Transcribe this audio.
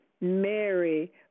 Mary